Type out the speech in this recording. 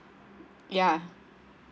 ya